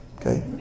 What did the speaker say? okay